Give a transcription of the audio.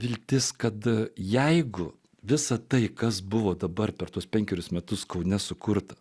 viltis kad jeigu visa tai kas buvo dabar per tuos penkerius metus kaune sukurta